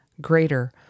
greater